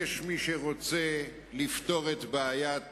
יש מי שרוצה לפתור את בעיית